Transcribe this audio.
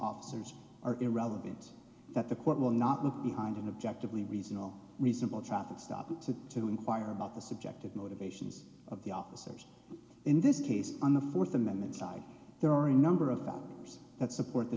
officers are irrelevant that the court will not look behind an objectively reasonable reasonable traffic stop to to inquire about the subjective motivations of the officers in this case on the fourth amendment side there are a number of volunteers that support the